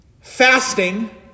fasting